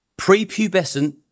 prepubescent